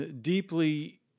deeply